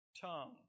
tongue